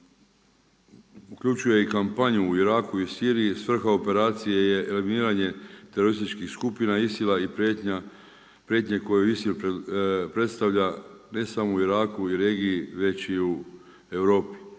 uključuje i kampanju u Iraku i Siriji, svrha operacije je eliminiranje terorističkih skupina ISIL-a i prijetnje koje ISIL predstavlja ne samo u Iraku i regiji već i u Europi